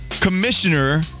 Commissioner